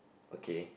okay